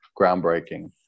groundbreaking